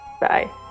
bye